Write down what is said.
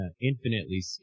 infinitely